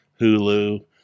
Hulu